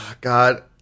God